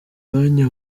umwanya